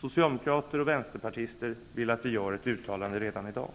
Socialdemokrater och vänsterpartister vill att vi gör ett uttalande redan i dag.